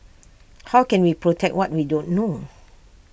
how can we protect what we don't know